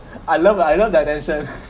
I love I love that attention